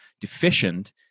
deficient